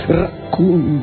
rakun